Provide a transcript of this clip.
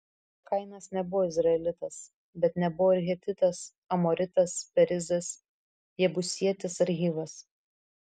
kainas nebuvo izraelitas bet nebuvo ir hetitas amoritas perizas jebusietis ar hivas